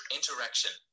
Interaction